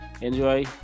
enjoy